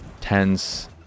tense